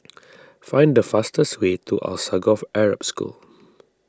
find the fastest way to Alsagoff Arab School